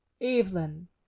Evelyn